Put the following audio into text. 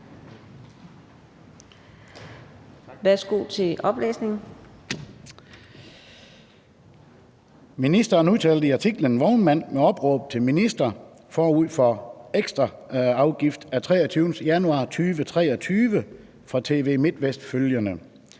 Ministeren udtalte i artiklen »Vognmand med opråb til minister forud for ekstra afgift« af 23. januar 2023 fra TV MIDTVEST følgende: